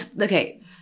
Okay